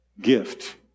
gift